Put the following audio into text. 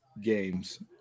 games